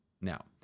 Now